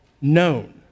known